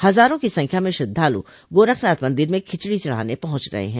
हजारों की संख्या में श्रद्धालु गोरखनाथ मंदिर में खिचड़ी चढ़ाने पहुंच रहे है